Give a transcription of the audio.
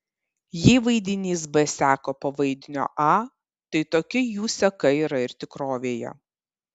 jei vaidinys b seka po vaidinio a tai tokia jų seka yra ir tikrovėje